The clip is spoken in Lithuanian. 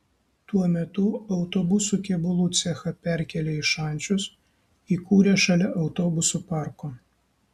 tuo metu autobusų kėbulų cechą perkėlė į šančius įkūrė šalia autobusų parko